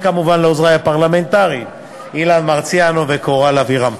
וכמובן לעוזרי הפרלמנטריים אילן מרסיאנו וקורל אבירם.